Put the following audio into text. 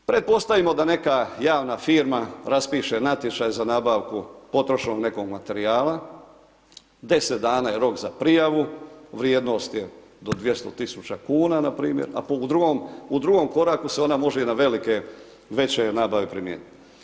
Pretpostavimo da neka javna firma raspiše natječaj za nabavku potrošnog nekog materijala, 10 dana je rok za prijavu, vrijednost je do 200.000 kuna npr., a u drugom, u drugom koraku se može ona i na velike veće nabave primijenit.